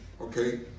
okay